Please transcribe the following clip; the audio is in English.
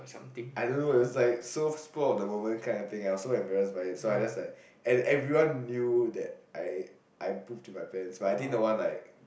I don't know it was like so spur of the moment kind of thing I was so embarrassed by it so I just like and everyone knew that I I pooped in my pants but I didn't want like